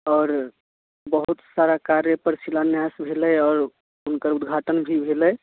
आओर बहुतसारा कार्यपर शिलान्यास भेलै आओर हुनकर उदघाटन भी भेलै